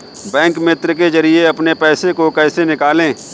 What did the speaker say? Bank मित्र के जरिए अपने पैसे को कैसे निकालें?